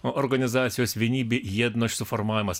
organizacijos vienybė jiednošč suformavimas